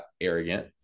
arrogant